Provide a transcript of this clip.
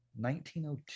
1902